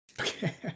Okay